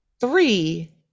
three